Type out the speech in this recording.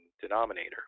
denominator